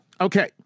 Okay